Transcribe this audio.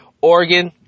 Oregon